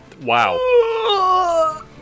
Wow